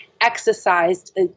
exercised